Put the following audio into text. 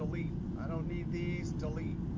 delete. i don't need these. delete.